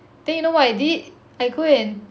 then you know what I did